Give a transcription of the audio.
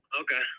Okay